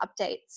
updates